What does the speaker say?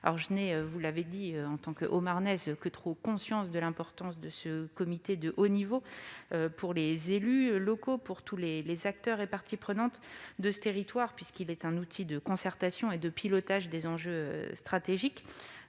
En tant que Haut-Marnaise, je n'ai que trop conscience de l'importance de ce comité de haut niveau pour les élus locaux et pour tous les acteurs et parties prenantes de ce territoire ; ce comité est un outil de concertation et de pilotage des enjeux stratégiques.